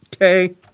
okay